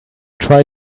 try